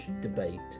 debate